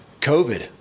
COVID